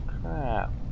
Crap